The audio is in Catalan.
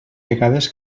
vegades